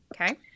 Okay